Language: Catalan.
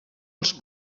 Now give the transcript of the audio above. els